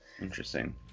Interesting